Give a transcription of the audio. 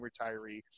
retiree